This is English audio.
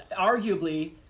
arguably